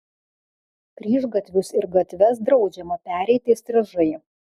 kryžgatvius ir gatves draudžiama pereiti įstrižai